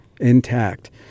intact